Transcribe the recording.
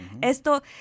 Esto